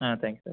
ah thank you sir